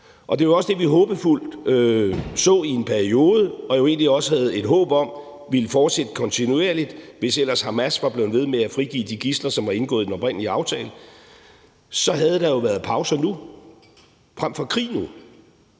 Det er jo også det, vi håbefuldt så i en periode og jo egentlig også havde et håb om ville fortsætte kontinuerligt, hvis ellers Hamas var blevet ved med at frigive de gidsler, som indgik i den oprindelige aftale. Så havde der jo været pauser nu frem for krig.